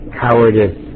cowardice